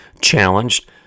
challenged